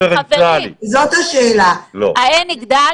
חברים, ה-N יגדל?